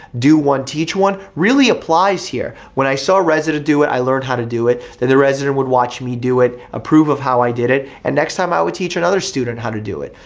do one, teach one really applies here. when i saw a resident do it, i learned how to do it, then the resident would watch me do it, approve of how i did it, and next time i would teach another student how to do it.